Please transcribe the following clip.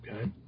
Okay